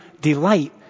delight